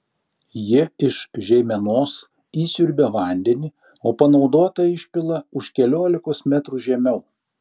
ji iš žeimenos įsiurbia vandenį o panaudotą išpila už keliolikos metrų žemiau